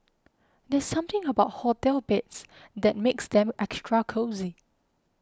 there's something about hotel beds that makes them extra cosy